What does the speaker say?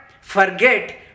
forget